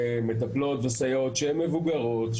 במטפלות וסייעות שהן מבוגרות,